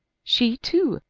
she, too,